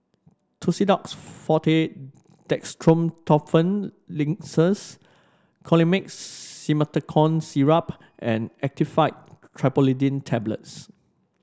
Tussidex Forte Dextromethorphan Linctus Colimix Simethicone Syrup and Actifed Triprolidine Tablets